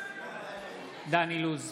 בעד דן אילוז,